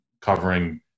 covering